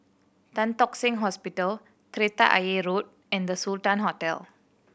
Tan Tock Seng Hospital Kreta Ayer Road and The Sultan Hotel